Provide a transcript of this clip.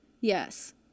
Yes